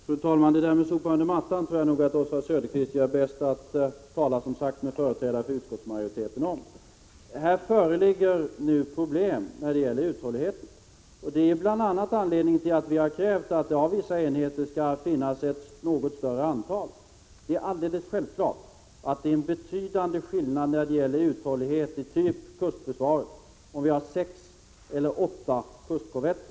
Fru talman! När det gäller att sopa saker under mattan tror jag att det är bäst att Oswald Söderqvist talar om detta med företrädare för utskottsmajoriteten. Det föreligger nu problem när det gäller uthålligheten. Det är bl.a. av den anledningen som vi har krävt att det skall finnas ett något större antal av vissa enheter. Det är alldeles självklart att det när det gäller uthålligheten i t.ex. kustförsvaret är en betydande skillnad om man har sex eller åtta kustkorvetter.